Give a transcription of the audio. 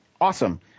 Awesome